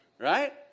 right